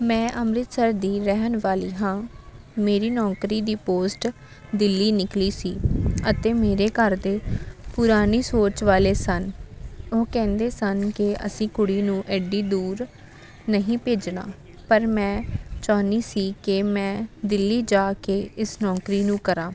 ਮੈਂ ਅੰਮ੍ਰਿਤਸਰ ਦੀ ਰਹਿਣ ਵਾਲੀ ਹਾਂ ਮੇਰੀ ਨੌਕਰੀ ਦੀ ਪੋਸਟ ਦਿੱਲੀ ਨਿਕਲੀ ਸੀ ਅਤੇ ਮੇਰੇ ਘਰ ਦੇ ਪੁਰਾਣੀ ਸੋਚ ਵਾਲੇ ਸਨ ਉਹ ਕਹਿੰਦੇ ਸਨ ਕਿ ਅਸੀਂ ਕੁੜੀ ਨੂੰ ਐਡੀ ਦੂਰ ਨਹੀਂ ਭੇਜਣਾ ਪਰ ਮੈਂ ਚਾਹੁੰਦੀ ਸੀ ਕਿ ਮੈਂ ਦਿੱਲੀ ਜਾ ਕੇ ਇਸ ਨੌਕਰੀ ਨੂੰ ਕਰਾਂ